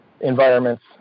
environments